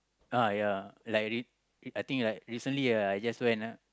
uh ya like re~ I think like recently I just went